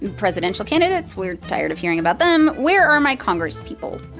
presidential candidates. we're tired of hearing about them. where are my congresspeople?